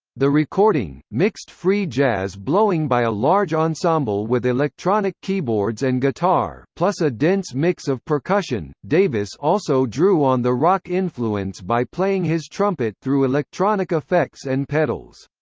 the recording. mixed free jazz blowing by a large ensemble with electronic keyboards and guitar, plus a dense mix of percussion. davis also drew on the rock influence by playing his trumpet through electronic effects and pedals.